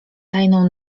tajną